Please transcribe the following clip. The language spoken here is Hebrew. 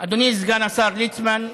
אדוני סגן השר ליצמן,